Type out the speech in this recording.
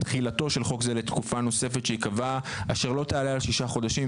תחילתו של חוק זה לתקופה נוספת שיקבע אשר לא תעלה על שישה חודשים,